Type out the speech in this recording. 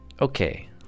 Okay